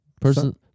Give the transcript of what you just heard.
person